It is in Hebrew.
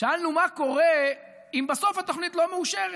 שאלנו מה קורה אם בסוף התוכנית לא מאושרת